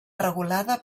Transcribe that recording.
regulada